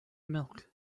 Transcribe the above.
milk